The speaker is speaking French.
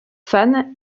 fans